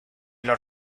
los